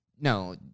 no